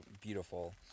beautiful